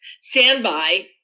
standby